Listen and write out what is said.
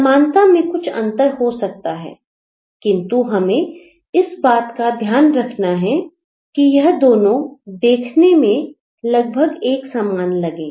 समानता में कुछ अंतर हो सकता है किंतु हमें इस बात का ध्यान रखना है कि यह दोनों देखने में लगभग एक समान लगे